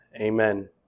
Amen